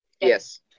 Yes